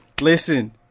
listen